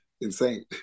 insane